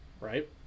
Right